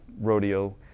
rodeo